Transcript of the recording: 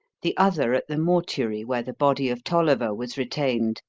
the other at the mortuary where the body of tolliver was retained,